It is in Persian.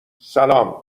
سلام